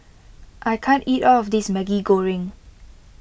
I can't eat all of this Maggi Goreng